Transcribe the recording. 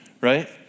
right